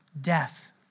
death